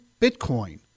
Bitcoin